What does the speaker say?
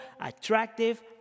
attractive